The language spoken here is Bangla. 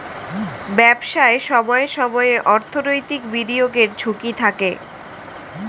ব্যবসায় সময়ে সময়ে অর্থনৈতিক বিনিয়োগের ঝুঁকি থাকে